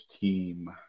team